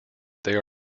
there